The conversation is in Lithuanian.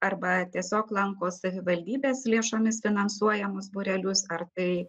arba tiesiog lanko savivaldybės lėšomis finansuojamus būrelius ar tai